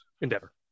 Endeavor